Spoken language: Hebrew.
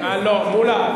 מולה,